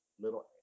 little